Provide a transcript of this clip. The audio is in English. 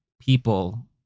people